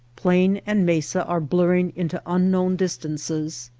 plain and mesa are blurring into unknown distances,